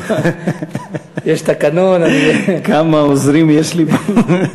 יש תקנון, כמה עוזרים יש לי פה.